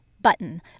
button